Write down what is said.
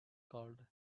called